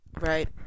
Right